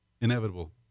inevitable